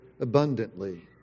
abundantly